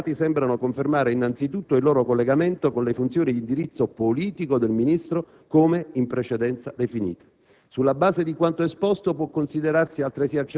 le concrete modalità di svolgimento degli incarichi contestati sembrano confermare innanzitutto il loro collegamento con le funzioni di indirizzo politico del Ministro come in precedenza definite.